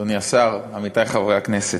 אדוני השר, עמיתי חברי הכנסת,